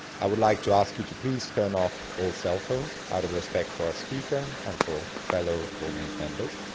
i would like to ask you to please turn off all cell phones out of respect for our speaker and for fellow audience members,